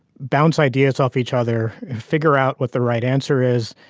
bounce ideas off each other and figure out what the right answer is.